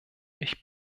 ich